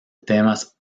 temas